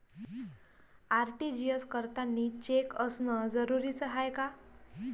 RTGS करतांनी cheque असनं जरुरीच हाय का?